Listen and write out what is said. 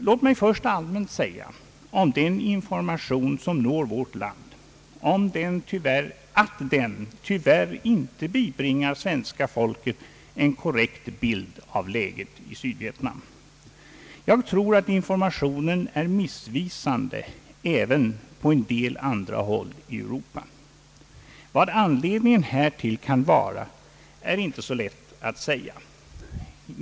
Låt mig först allmänt säga om den information som når vårt land, att den tyvärr inte bibringat svenska folket en korrekt bild av läget i Sydvietnam. Jag tror att informationen är missvisande även på en del andra håll i Europa. Det är inte så lätt att säga vad som kan vara anledningen härtill.